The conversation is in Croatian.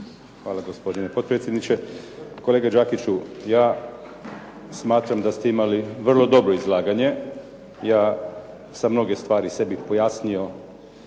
Hvala, gospodine potpredsjedniče. Kolega Đakiću, ja smatram da ste imali vrlo dobro izlaganje. Ja sam mnoge stvari sebi pojasnio